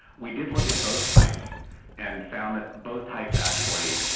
we did look at both types and found that both types actually,